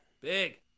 Big